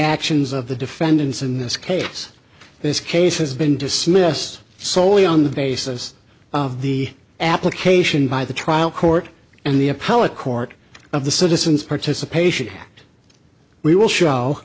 actions of the defendants in this case this case has been dismissed soley on the basis of the application by the trial court and the appellate court of the citizens participation we will show